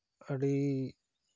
ᱟᱹᱰᱤ